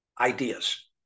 ideas